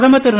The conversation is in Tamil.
பிரதமர் திரு